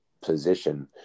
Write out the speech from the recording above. position